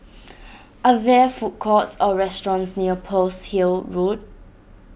are there food courts or restaurants near Pearl's Hill Road